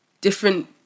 different